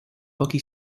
pochi